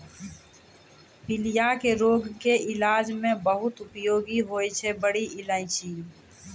पीलिया के रोग के इलाज मॅ बहुत उपयोगी होय छै बड़ी इलायची